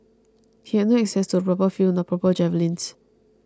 he had no access to a proper field nor proper javelins